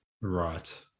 Right